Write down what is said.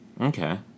Okay